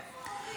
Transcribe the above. איפה ההורים?